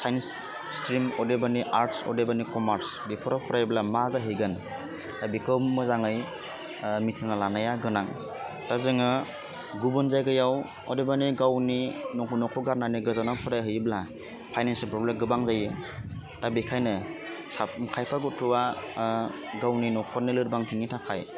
science stream अदेबानि arts अदेबानि commerce बेफोराव फरायोब्ला मा जाहैगोन बेखौ मोजाङै मिथिना लानाया गोनां दा जोङो गुबुन जायगायाव अदेबानि गावनि न'खौ न'खौ गारनानै गोजानाव फरायहैयोब्ला फाइनानसियेल प्रब्लेम गोबां जायो दा बेखायनो साब खायफा गथ'वा गावनि नखरनि लोरबांथिनि थाखाय